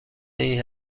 این